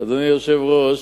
אדוני היושב-ראש,